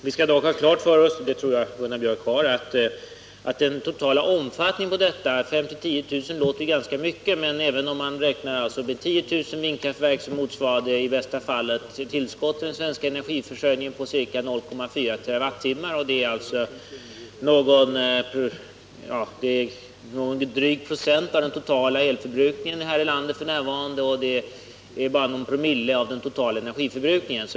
Vi skall dock ha klart för oss — och det tror jag att Gunnar Biörck har — att den totala omfattningen av denna produktion inte är så stor. 5 000-10 000 enheter låter ganska mycket, men även om det skulle bli 10 000 sådana vindkraftverk motsvarar det i bästa fall ett tillskott till den svenska energiförsörjningen om ca 0,4 tWh. Det är någon dryg procent av den totala elförbrukningen här i landet f. n. och bara någon promille av den totala energiförbrukningen.